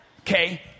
Okay